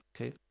Okay